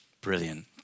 Brilliant